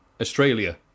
Australia